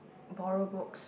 borrow books